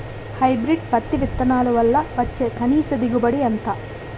Hybrid పత్తి విత్తనాలు వల్ల వచ్చే కనీస దిగుబడి ఎంత?